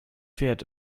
fährt